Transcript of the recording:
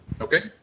Okay